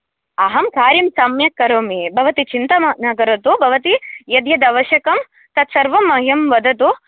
अहं कार्यं सम्यक् करोमि भवती चिन्ता न करोतु भवती यद्यद् आवश्यकं तद् सर्वं मह्यं वदतु